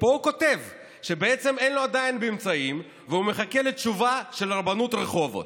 ופה הוא כותב שבעצם אין לו ממצאים והוא מחכה לתשובה של רבנות רחובות.